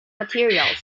materials